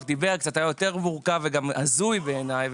דיבר היה יותר מורכב וגם הזוי בעיניי,